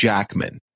Jackman